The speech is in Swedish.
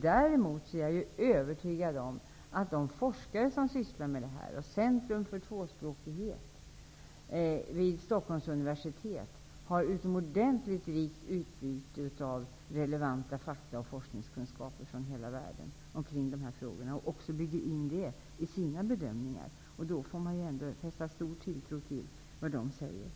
Däremot är jag övertygad om att de forskare som sysslar med detta, Centrum för tvåspråkighet vid Stockholms universitet, har utomordentligt rikt utbyte av relevanta fakta och forskningskunskaper från hela världen och också bygger in det i sina bedömningar. Då får man ändå fästa stor tilltro till vad de säger.